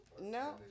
No